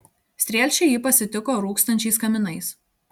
strielčiai jį pasitiko rūkstančiais kaminais